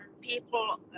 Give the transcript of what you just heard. people